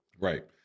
right